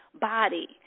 body